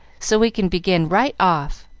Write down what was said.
so we can begin right off.